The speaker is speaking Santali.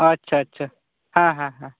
ᱟᱪᱪᱷᱟ ᱟᱪᱪᱷᱟ ᱦᱟᱸᱦᱟᱸ ᱦᱟᱸ